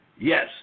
Yes